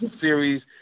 series